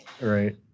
Right